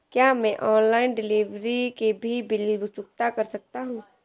क्या मैं online delivery के भी बिल चुकता कर सकता हूँ?